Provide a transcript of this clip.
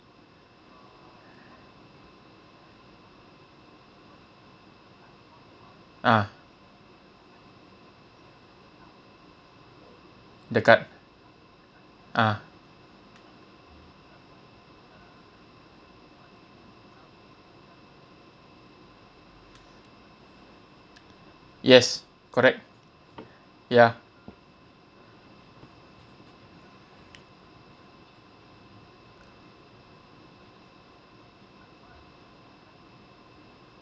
ah the card ah yes correct ya